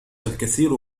الكثير